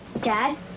dad